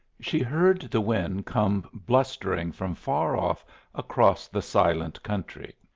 she heard the wind come blustering from far off across the silent country.